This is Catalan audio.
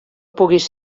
puguis